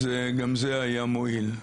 אז גם זה היה מועיל.